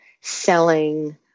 selling